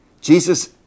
Jesus